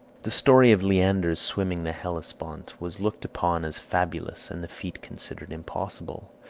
the story of leander's swimming the hellespont was looked upon as fabulous, and the feat considered impossible,